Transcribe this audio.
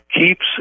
keeps